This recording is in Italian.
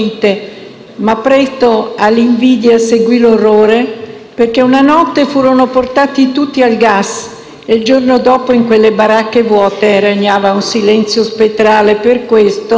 ma presto all'invidia seguì l'orrore, perché una notte furono portati tutti al gas e il giorno dopo in quelle baracche vuote regnava un silenzio spettrale. Per questo